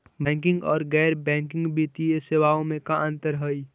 Banking और गैर banking वित्तीय सेवाओं में का अंतर हइ?